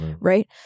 right